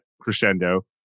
crescendo